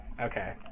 okay